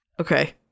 Okay